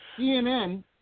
CNN